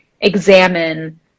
examine